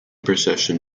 procession